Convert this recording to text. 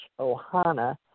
Ohana